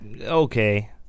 okay